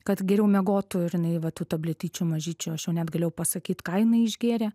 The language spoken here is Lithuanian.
kad geriau miegotų ir jinai va tų tabletyčių mažyčių aš net galėjau pasakyt ką jinai išgėrė